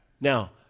Now